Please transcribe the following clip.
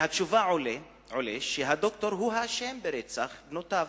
מהתשובה עולה שהדוקטור הוא האשם ברצח בנותיו,